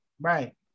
Right